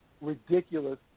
ridiculous